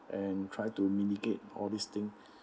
and try to mitigate all this thing